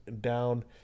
down